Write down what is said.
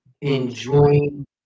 enjoying